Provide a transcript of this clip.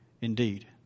indeed